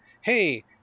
hey